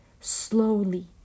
slowly